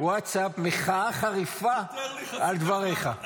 בווטסאפ מחאה חריפה על דבריך.